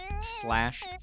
slash